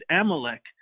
Amalek